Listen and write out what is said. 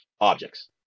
objects